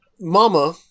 Mama